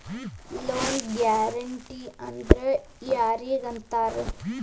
Loan guarantee ಅಂದ್ರ್ ಯಾರಿಗ್ ಅಂತಾರ?